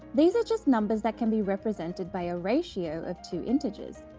these are just numbers that can be represented by a ratio of two integers.